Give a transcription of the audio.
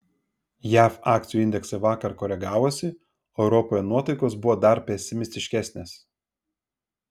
jav akcijų indeksai vakar koregavosi o europoje nuotaikos buvo dar pesimistiškesnės